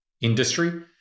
industry